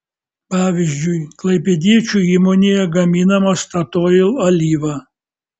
pavyzdžiui klaipėdiečių įmonėje gaminama statoil alyva